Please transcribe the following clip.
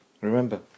remember